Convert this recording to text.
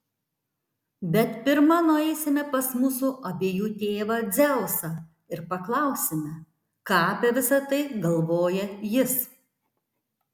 bet pirma nueisime pas mūsų abiejų tėvą dzeusą ir paklausime ką apie visa tai galvoja jis